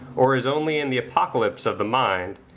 or is only in the apocalypse of the mind,